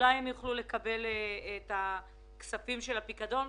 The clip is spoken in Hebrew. אולי הם יוכלו לקבל את הכספים של הפיקדון.